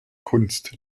kunst